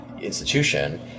institution